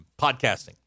podcasting